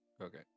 Okay